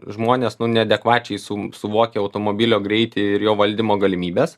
žmonės neadekvačiai sun suvokia automobilio greitį ir jo valdymo galimybes